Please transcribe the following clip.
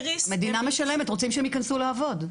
המדינה משלמת, רוצים שהם ייכנסו לעבוד.